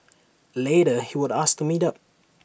later he would ask to meet up